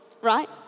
right